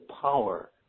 power